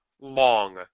long